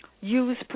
Use